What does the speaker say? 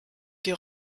die